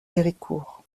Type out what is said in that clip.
héricourt